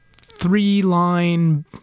three-line